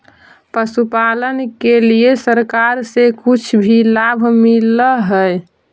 पशुपालन के लिए सरकार से भी कुछ लाभ मिलै हई?